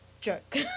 jerk